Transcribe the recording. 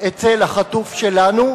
אצל החטוף שלנו,